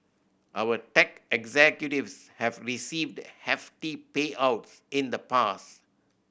our tech executives have received hefty payouts in the past